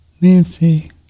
Nancy